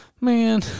man